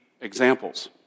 examples